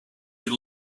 you